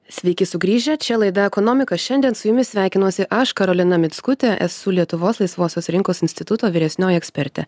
sveiki sugrįžę čia laida ekonomika šiandien su jumis sveikinuosi aš karolina mickutė esu lietuvos laisvosios rinkos instituto vyresnioji ekspertė